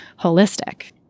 holistic